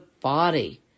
body